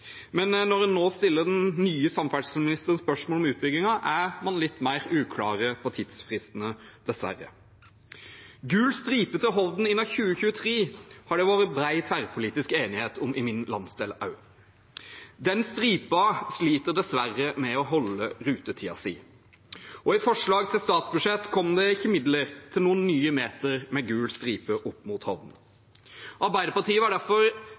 Men når en nå stiller den nye samferdselsministeren spørsmål om utbyggingen, er man litt mer uklar på tidsfristene – dessverre. Gul stripe til Hovden innen 2023 har det vært bred tverrpolitisk enighet om, også i min landsdel. Den stripen sliter dessverre med å holde rutetiden sin, og i forslaget til statsbudsjett kom det ikke midler til noen nye meter med gul stripe opp mot Hovden. Arbeiderpartiet var derfor